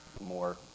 more